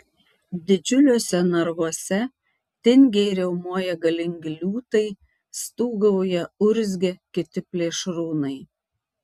didžiuliuose narvuose tingiai riaumoja galingi liūtai stūgauja urzgia kiti plėšrūnai